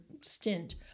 stint